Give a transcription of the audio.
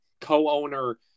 co-owner